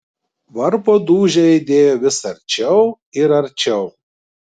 varpo dūžiai aidėjo vis arčiau ir arčiau